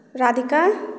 Radhika